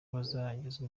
bazagezwa